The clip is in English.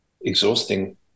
exhausting